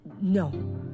No